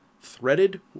Threaded